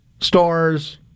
stars